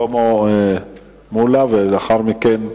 שלמה מולה, ולאחר מכן נחליט.